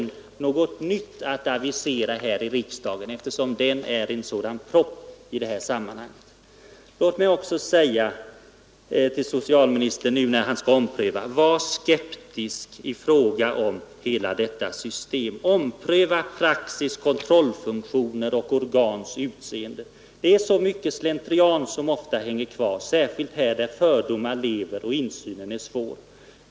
Låt mig också säga till socialministern när han nu får en undersökning för att göra en omprövning, en omprövning om vilken man inte kan säga ”om det finns anledning” som det står i svaret, utan därför att det finns anledningar: Var skeptisk i fråga om hela detta system! Ompröva praxis, kontrollfunktioner och organs utseende! Det hänger ofta kvar mycken slentrian, särskilt på detta område där fördomar kvarlever och insynen är så svår.